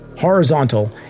horizontal